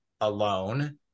alone